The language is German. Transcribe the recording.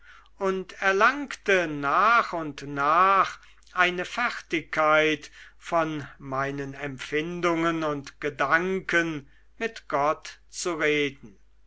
und erlangte nach und nach eine fertigkeit von meinen empfindungen und gedanken mit gott zu reden